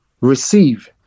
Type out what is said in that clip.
receive